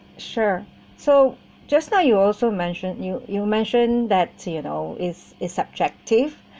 sure so just now you also mentioned you you mentioned that you know it is subjective